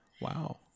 Wow